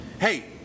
hey